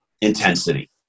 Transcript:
intensity